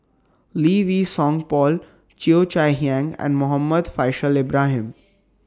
Lee Wei Song Paul Cheo Chai Hiang and Muhammad Faishal Ibrahim